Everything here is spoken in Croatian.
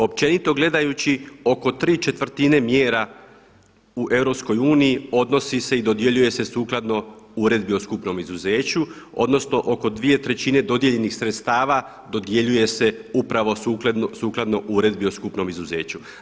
Općenito gledajući oko ¾ mjera u EU odnosi se i dodjeljuje se sukladno Uredbi o skupnom izuzeću odnosno oko 2/3 dodijeljenih sredstava dodjeljuje se upravo sukladno Uredbi o skupnom izuzeću.